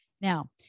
Now